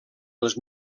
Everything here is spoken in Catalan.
els